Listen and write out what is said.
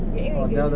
因为 gaming laptop